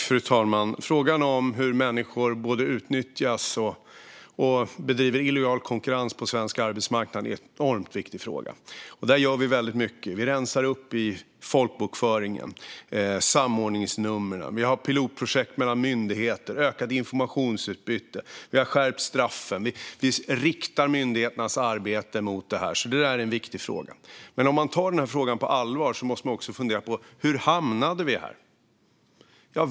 Fru talman! Frågan om hur människor både utnyttjas och bedriver illojal konkurrens på svensk arbetsmarknad är enormt viktig. Där gör vi mycket. Vi rensar upp i folkbokföringen, det vill säga samordningsnumren. Det pågår ett pilotprojekt mellan myndigheter med ökat informationsutbyte. Straffen har skärpts. Myndigheternas arbete riktas mot denna viktiga fråga. Men om man tar frågan på allvar måste man också fundera över hur vi hamnade här.